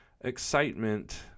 excitement